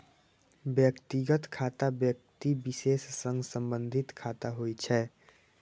व्यक्तिगत खाता व्यक्ति विशेष सं संबंधित खाता होइ छै